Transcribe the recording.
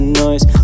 noise